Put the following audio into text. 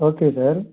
okay sir